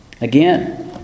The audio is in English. Again